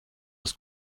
das